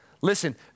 Listen